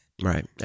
Right